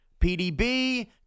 PDB